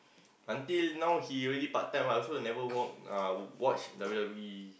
until now he already part time I also never watch uh watch W_W_E